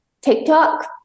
TikTok